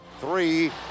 Three